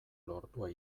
lortua